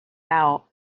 out